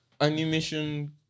animation